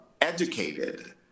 educated